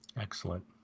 Excellent